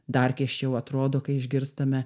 dar keisčiau atrodo kai išgirstame